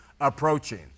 approaching